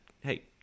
hey